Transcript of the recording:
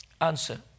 Answer